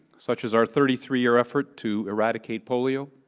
such as our thirty three year effort to eradicate polio,